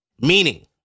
Meaning